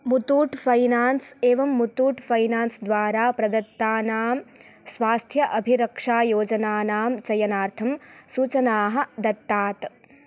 Muthoot finance एवं Muthoot finance द्वारा प्रदत्तानां स्वास्थ्य अभिरक्षायोजनानां चयनार्थं सूचनाः दत्तात्